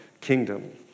kingdom